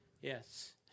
Yes